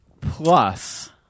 plus